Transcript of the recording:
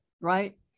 right